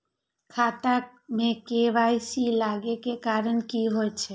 खाता मे के.वाई.सी लागै के कारण की होय छै?